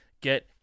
get